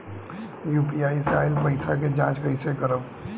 UPI से आइल पईसा के जाँच कइसे करब?